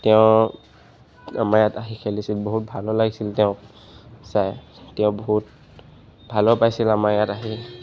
তেওঁ আমাৰ ইয়াত আহি খেলিছিল বহুত ভালো লাগিছিল তেওঁ চাই তেওঁ বহুত ভালো পাইছিল আমাৰ ইয়াত আহি